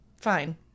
Fine